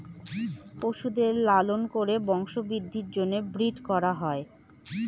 পশুদের লালন করে বংশবৃদ্ধির জন্য ব্রিড করা হয়